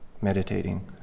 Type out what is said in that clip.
meditating